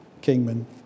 Kingman